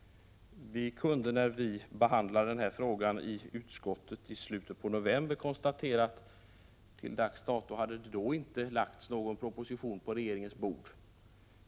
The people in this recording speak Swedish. Vi kunde konstatera när vi behandlade denna fråga i slutet av november i utskottet att det till dags dato inte hade lagts någon proposition på riksdagens bord.